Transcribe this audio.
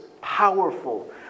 powerful